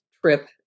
trip